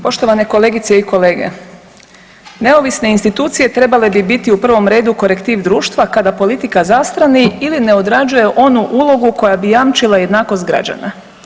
Poštovane kolegice i kolege, neovisne institucije trebale bi biti u prvom redu korektiv društva kada politika zastrani ili ne odrađuje onu ulogu koja bi jamčila jednakost građana.